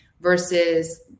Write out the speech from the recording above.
versus